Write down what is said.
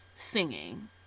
Singing